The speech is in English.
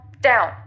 down